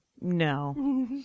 no